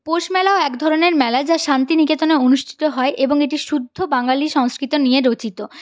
পৌষ মেলা একধরনের মেলা যা শান্তিনিকেতনে অনুষ্ঠিত হয় এবং এটি শুদ্ধ বাঙালি সংস্কৃত নিয়ে রচিত